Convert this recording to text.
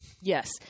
Yes